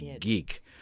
geek